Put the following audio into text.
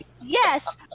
yes